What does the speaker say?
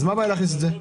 מה הבעיה להכניס את זה?